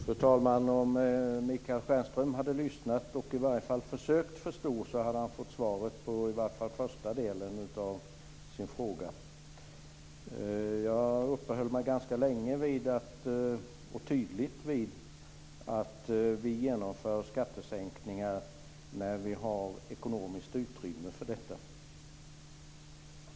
Fru talman! Om Michael Stjernström hade lyssnat och försökt förstå hade han fått svar på i varje fall den första frågan. Jag uppehöll mig ganska länge och tydligt vid att vi genomför skattesänkningar när vi har ekonomiskt utrymme för detta.